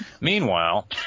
Meanwhile